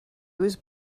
was